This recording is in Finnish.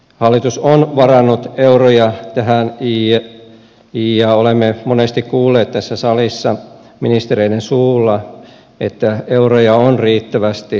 hallitus on varannut euroja tähän ja olemme monesti kuulleet tässä salissa ministereiden suulla että euroja on riittävästi